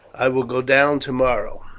i will go down tomorrow.